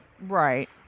Right